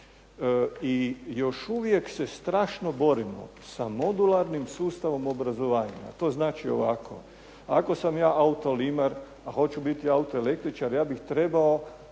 i još uvijek se strašno borimo sa modularnim sustavom obrazovanja, a to znači ovako: ako sam ja autolimar, a hoću biti autoelektričar ja bih trebao